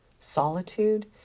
solitude